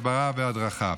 הסברה והדרכה.